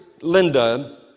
Linda